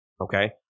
Okay